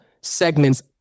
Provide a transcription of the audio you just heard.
segments